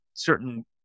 certain